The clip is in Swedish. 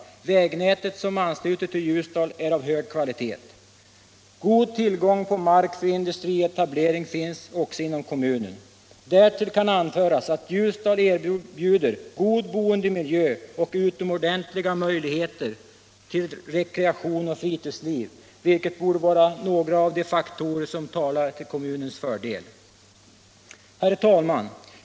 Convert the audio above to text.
Vägnätet som ansluter till Ljusdal är av hög kvalitet. God tillgång på mark för industrietablering finns också inom kommunen. Därtill kan anföras att Ljusdal erbjuder god boendemiljö och utomordentliga möjligheter till rekreation och friluftsliv, vilket borde vara några av de faktorer som talar till kommunens fördel. Herr talman!